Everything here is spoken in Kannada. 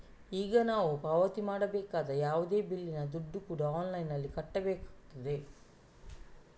ಈಗ ನಾವು ಪಾವತಿ ಮಾಡಬೇಕಾದ ಯಾವುದೇ ಬಿಲ್ಲಿನ ದುಡ್ಡು ಕೂಡಾ ಆನ್ಲೈನಿನಲ್ಲಿ ಕಟ್ಲಿಕ್ಕಾಗ್ತದೆ